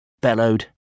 bellowed